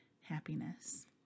happiness